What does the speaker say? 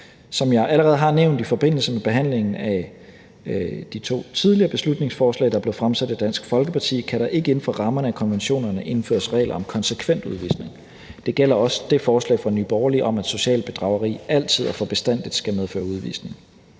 Som jeg allerede har nævnt i forbindelse med behandlingen af de to tidligere beslutningsforslag, der er blevet fremsat af Dansk Folkeparti, kan der ikke inden for rammerne af konventionerne indføres regler om konsekvent udvisning. Det gælder også det forslag fra Nye Borgerlige om, at socialt bedrageri altid og for bestandig skal medføre udvisning.